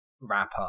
rapper